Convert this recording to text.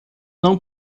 não